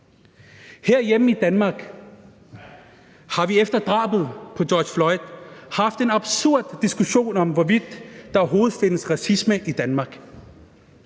Herhjemme i Danmark har vi efter drabet på George Floyd haft en absurd diskussion om, hvorvidt der overhovedet findes racisme i Danmark.